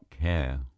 care